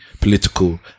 political